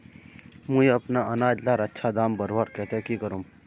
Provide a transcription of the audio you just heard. मुई अपना अनाज लार अच्छा दाम बढ़वार केते की करूम?